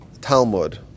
Talmud